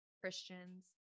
Christians